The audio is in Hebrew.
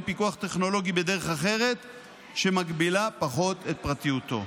פיקוח טכנולוגי בדרך אחרת שמגבילה פחות את פרטיותו.